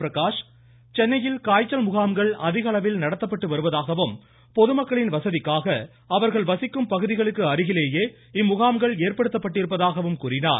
பிரகாஷ் சென்னையில் காய்ச்சல் முகாம்கள் அதிக அளவில் நடத்தப்பட்டு வருவதாகவும் பொதுமக்களின் வசதிக்காக அவர்கள் வசிக்கும் பகுதிகளுக்கு அருகிலேயே இம்முகாம்கள் ஏற்படுத்தப்பட்டிருப்பதாகவும் கூறினார்